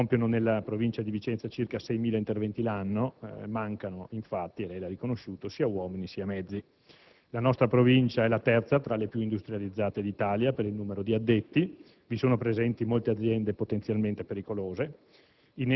compiono nella Provincia di Vicenza circa 6.000 interventi l'anno, mancano infatti - lei l'ha riconosciuto - sia uomini sia mezzi. La nostra Provincia è la terza tra le più industrializzate d'Italia per il numero di addetti, vi sono presenti molte aziende potenzialmente pericolose,